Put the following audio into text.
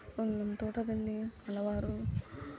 ಅಲ್ಲಿ ನಮ್ಮ ತೋಟದಲ್ಲಿ ಹಲವಾರು